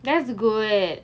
that's good